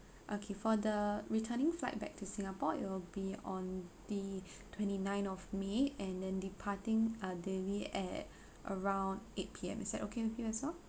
okay for the returning flight back to singapore it'll be on the twenty nine of may and then departing uh daily at around eight P_M is that okay with you as well